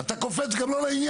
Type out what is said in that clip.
אתה קופץ גם לא לעניין.